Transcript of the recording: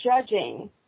judging